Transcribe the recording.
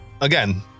again